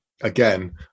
again